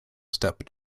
step